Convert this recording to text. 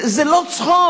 זה לא צחוק,